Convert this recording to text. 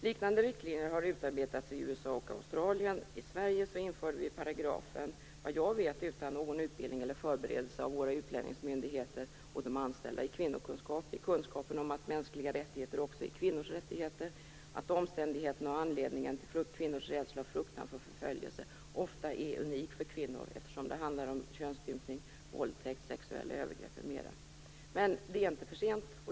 Liknande riktlinjer har utarbetats i USA och i Australien. I Sverige införde vi såvitt jag vet paragrafen utan någon utbildning eller förberedelse av våra utlänningsmyndigheter och de anställda i kvinnokunskap, i kunskapen om att mänskliga rättigheter också är kvinnors rättigheter, att omständigheterna och anledningen till kvinnors rädsla och fruktan för förföljelse ofta är unik för kvinnor, eftersom det handlar om könsstympning, våldtäkt, sexuella övergrepp, m.m. Men det är inte för sent.